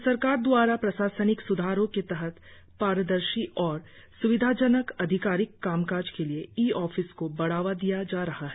राज्य सरकार द्वारा प्रशासनिक स्धारो के तहत पारदर्शी और स्विधाजनक आधिकारिक कामकाज के लिए ई ऑफिस को बढ़ावा दिया जा रहा है